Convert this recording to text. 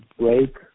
break